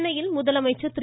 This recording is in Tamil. சென்னையில் முதலமைச்சர் திரு